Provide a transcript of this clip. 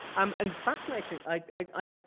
um and fascinating, i've,